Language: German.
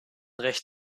recht